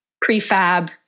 prefab